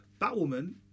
Batwoman